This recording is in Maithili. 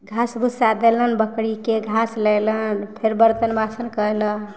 घास भुस्सा देलनि बकरीके घास लएलनि फेर बरतन बासन कएलनि